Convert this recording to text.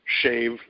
shave